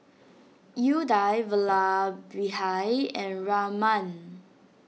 Udai Vallabhbhai and Raman